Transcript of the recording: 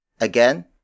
Again